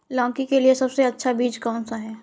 लौकी के लिए सबसे अच्छा बीज कौन सा है?